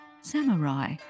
Samurai